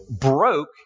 broke